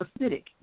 acidic